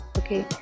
okay